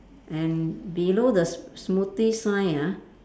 and below the s~ smoothie sign ah